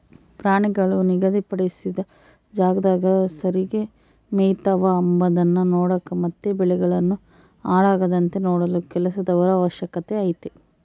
ಪ್ರಾಣಿಗಳು ನಿಗಧಿ ಪಡಿಸಿದ ಜಾಗದಾಗ ಸರಿಗೆ ಮೆಯ್ತವ ಅಂಬದ್ನ ನೋಡಕ ಮತ್ತೆ ಬೆಳೆಗಳನ್ನು ಹಾಳಾಗದಂತೆ ನೋಡಲು ಕೆಲಸದವರ ಅವಶ್ಯಕತೆ ಐತೆ